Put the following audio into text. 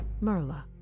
Merla